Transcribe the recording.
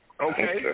Okay